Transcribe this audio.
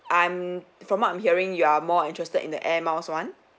I'm from what I'm hearing you are more interested in the air miles [one]